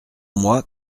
moi